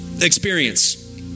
experience